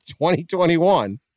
2021